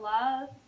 love